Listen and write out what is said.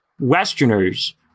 Westerners